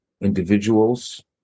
individuals